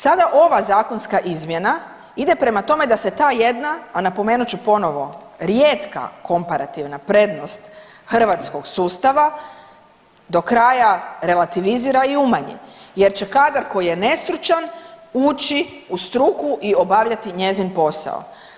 Sada ova zakonska izmjena ide prema tome da se ta jedna, a napomenut ću ponovo rijetka komparativna prednost hrvatskog sustava dokraja relativizira i umanji jer će kadar koji je nestručan ući u struku i obavljati njezin posao.